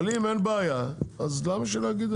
אבל אם יש אין בעיה, אז למה שלא יגידו לו?